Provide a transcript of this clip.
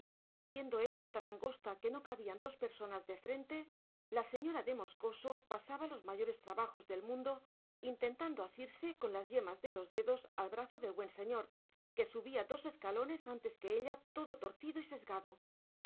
y siendo ésta tan angosta que no cabían dos personas de frente la señora de moscoso pasaba los mayores trabajos del mundo intentando asirse con las yemas de los dedos al brazo del buen señor que subía dos escalones antes que ella todo torcido y sesgado